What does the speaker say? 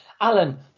Alan